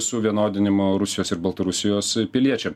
suvienodinimo rusijos ir baltarusijos piliečiam